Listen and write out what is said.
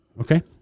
okay